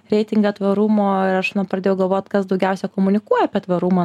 reitingą tvarumo ir aš na pradėjau galvot kas daugiausia komunikuoja apie tvarumą